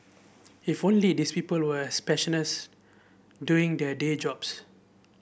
if only these people were as doing their day jobs